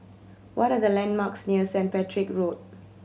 what are the landmarks near Saint Patrick Road